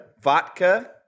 vodka